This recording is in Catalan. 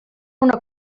una